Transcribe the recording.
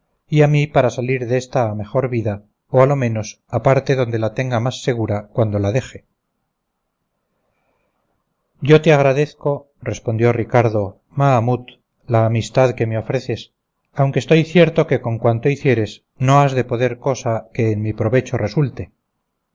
y a mí para salir désta a mejor vida o a lo menos a parte donde la tenga más segura cuando la deje yo te agradezco respondió ricardo mahamut la amistad que me ofreces aunque estoy cierto que con cuanto hicieres no has de poder cosa que en mi provecho resulte